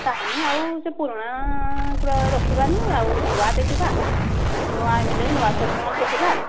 କାହାନେ ଆଉ ସେ ପୁରୁଣାକୁ ଆଉ ରଖିବାନି ଆଉ ନୂଆ ଦେଖିବା ନୂଆ ଏମେଲେ ନୂଆ ସରପଞ୍ଚ ଦେଖିବା